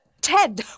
Ted